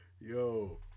Yo